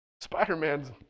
Spider-Man's